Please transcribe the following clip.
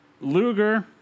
Luger